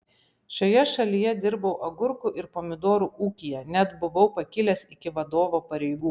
šioje šalyje dirbau agurkų ir pomidorų ūkyje net buvau pakilęs iki vadovo pareigų